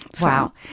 Wow